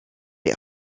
les